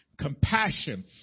compassion